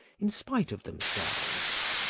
in spite of themselves.